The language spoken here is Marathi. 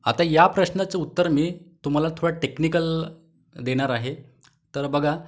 आता या प्रश्नाचं उत्तर मी तुम्हाला थोडा टेक्निकल देणार आहे तर बघा